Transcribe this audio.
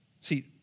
See